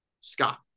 Scott